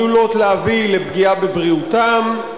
עלולות להביא לפגיעה בבריאותם,